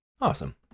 Awesome